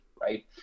right